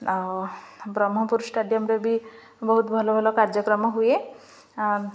ଆଉ ବ୍ରହ୍ମପୁର ଷ୍ଟାଡ଼ିୟମ୍ରେ ବି ବହୁତ ଭଲ ଭଲ କାର୍ଯ୍ୟକ୍ରମ ହୁଏ